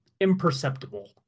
imperceptible